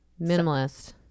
minimalist